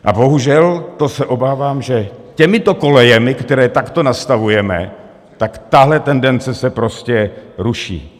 A bohužel, to se obávám, že těmito kolejemi, které takto nastavujeme, tak tahle tendence se prostě ruší.